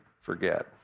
forget